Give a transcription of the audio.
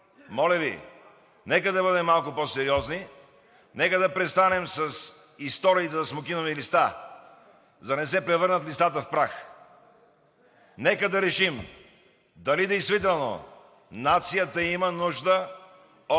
моля Ви, нека да бъдем малко по-сериозни, нека да престанем с истории за „смокинови листа“, за да не се превърнат листата в прах. Нека да решим дали действително нацията има нужда от